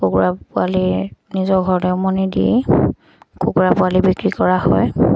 কুকুৰা পোৱালি নিজৰ ঘৰতে উমনি দি কুকুৰা পোৱালি বিক্ৰী কৰা হয়